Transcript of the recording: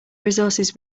resources